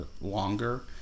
longer